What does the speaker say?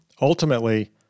Ultimately